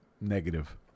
negative